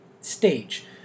stage